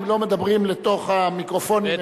אם לא מדברים לתוך המיקרופונים,